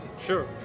Sure